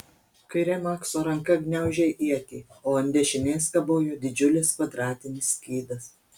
kairė makso ranka gniaužė ietį o ant dešinės kabojo didžiulis kvadratinis skydas